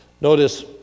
Notice